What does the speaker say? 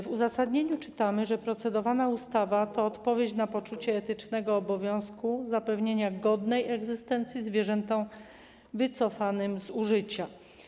W uzasadnieniu czytamy, że procedowana ustawa to odpowiedź na poczucie etycznego obowiązku zapewnienia godnej egzystencji zwierzętom wycofanym z użycia.